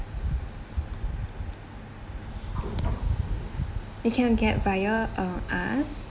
you can get via uh us